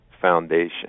foundation